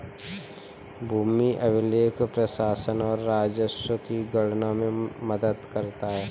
भूमि अभिलेख प्रशासन और राजस्व की गणना में मदद करता है